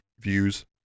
views